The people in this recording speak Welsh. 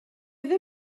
ddim